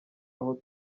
aho